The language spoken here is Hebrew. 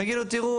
יגידו תראו,